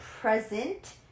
present